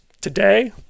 today